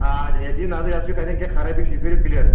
آ جہِ یَتھ دِیِو نظر یَتھ وٕچھِو کَتٮ۪ن کیٛاہ خرأبی چھِ یہِ کٔرِو کٕلیَر